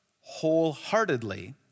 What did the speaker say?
wholeheartedly